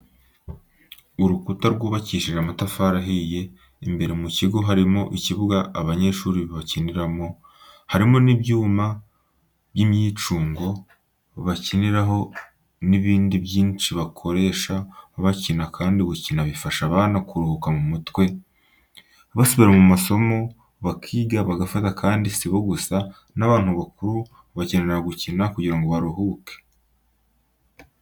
Urukuta rwubakishije amatafari ahiye imbere mu kigo harimo ikibuga abanyeshuri bakiniramo, harimo n'ibyuma by'imyicungo bakiniraho n'ibindi byinshi bakoresha bakina kandi gukina bifasha abana kuruhuka mu mutwe, basubira mu masomo bakiga bagafata kandi si bo gusa n'abantu bakuru bakenera gukina kugira ngo baruhuke.